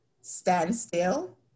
standstill